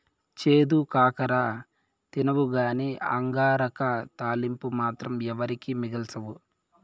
చేదు కాకర తినవుగానీ అంగాకర తాలింపు మాత్రం ఎవరికీ మిగల్సవు